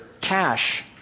cash